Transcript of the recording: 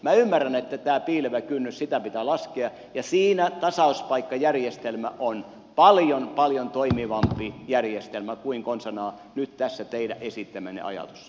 minä ymmärrän että tätä piilevää kynnystä pitää laskea ja siinä tasauspaikkajärjestelmä on paljon paljon toimivampi järjestelmä kuin konsanaan nyt tässä teidän esittämänne ajatus